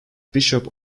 bishop